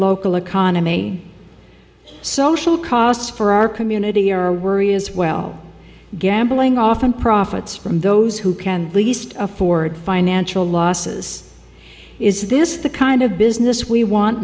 local economy social costs for our community are worry as well gambling often profits from those who can least afford financial losses is this the kind of business w